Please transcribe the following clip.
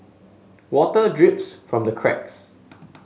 water drips from the cracks